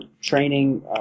training –